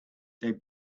they